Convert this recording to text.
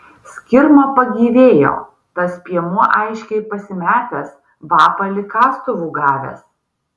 skirma pagyvėjo tas piemuo aiškiai pasimetęs vapa lyg kastuvu gavęs